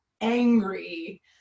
angry